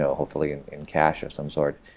so hopefully and in cash or some sort.